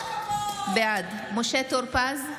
בעד משה טור פז,